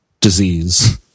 disease